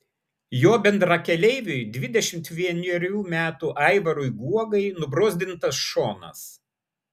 jo bendrakeleiviui dvidešimt vienerių metų aivarui guogai nubrozdintas šonas